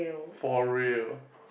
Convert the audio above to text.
for real